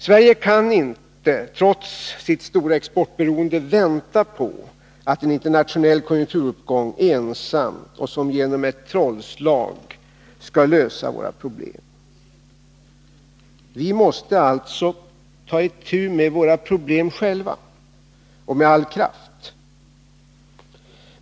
Sverige kan inte, trots sitt stora exportberoende, vänta på att en internationell konjunkturuppgång ensam och som genom ett trollslag skall lösa våra problem. Vi måste alltså ta itu med våra problem själva och med all kraft.